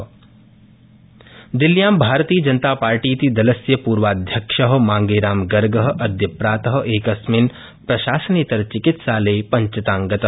मांगेरामगर्ग दिल्ल्यां भारतीयजनतापार्टीति दलस्य पूर्वाध्यक्ष मांगेरामगर्ग अद्य प्रात एकस्मिन् प्रशासनेतरचिकित्सालये पञ्चताङ्गत